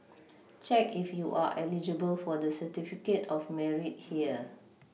check if you are eligible for the certificate of Merit here